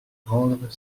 rendre